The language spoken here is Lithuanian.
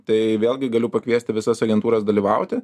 tai vėlgi galiu pakviesti visos agentūros dalyvauti